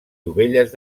dovelles